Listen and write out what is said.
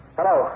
Hello